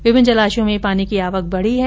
विभिन्न जलाशयों में पानी की आवक बढ़ी है